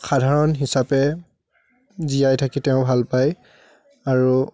সাধাৰণ হিচাপে জীয়াই থাকি তেওঁ ভাল পায় আৰু